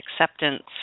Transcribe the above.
acceptance